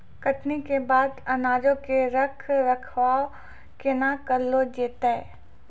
कटनी के बाद अनाजो के रख रखाव केना करलो जैतै?